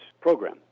program